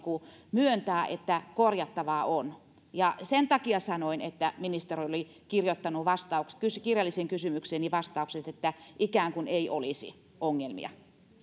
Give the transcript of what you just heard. myöntää että korjattavaa on ja sen takia sanoin että ministeri oli kirjoittanut kirjalliseen kysymykseeni vastauksen että ikään kuin ei olisi ongelmia